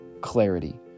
clarity